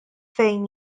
fejn